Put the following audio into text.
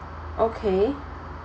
okay